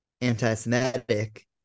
anti-Semitic